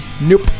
Nope